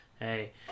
hey